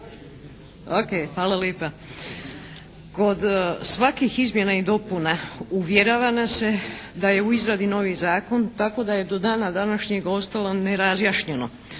Ok. Hvala lipa. Kod svakih izmjena i dopuna uvjerava nas se da je u izradi novi zakon tako da je do dana današnjeg ostalo nerazjašnjeno